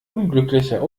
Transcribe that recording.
unglücklicher